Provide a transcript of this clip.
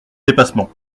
dépassement